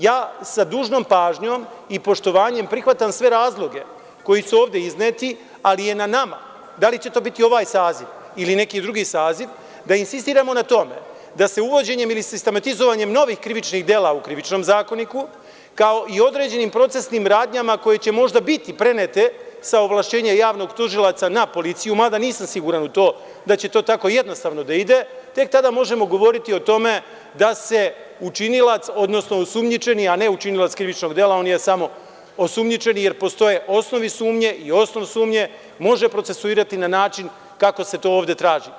Ja sa dužnom pažnjom i poštovanjem prihvatam sve razloge koji su ovde izneti, ali je na nama, da li će to biti ovaj saziv ili neki drugi saziv, da insistiramo na tome da se uvođenjem ili sistematizovanjem novih krivičnog dela u Krivičnom zakoniku, kao i određenim procesnim radnjama koje će možda biti prenete sa ovlašćenja javnog tužilaca na policiju, mada nisam siguran u to da će to tako jednostavno da ide, tek tada možemo govoriti o tome da se učinilac, odnosno osumnjičeni, a ne učinilac krivičnog dela, on je samo osumnjičeni jer postoje osnovi sumnje i osnov sumnje, može procesuirati na način kako se to ovde traži.